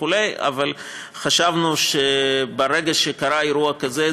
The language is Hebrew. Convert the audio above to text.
אבל חשבנו שברגע שקרה אירוע כזה,